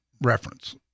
reference